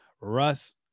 Russ